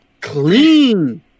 clean